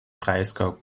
breisgau